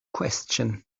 question